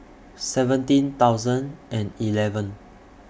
seventeen thousand and eleven